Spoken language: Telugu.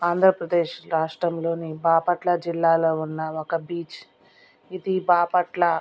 ఆంధ్రప్రదేశ్ రాష్ట్రంలోని బాపట్ల జిల్లాలో ఉన్న ఒక బీచ్ ఇది బాపట్ల